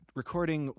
recording